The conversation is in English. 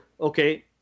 okay